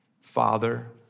Father